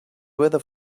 weather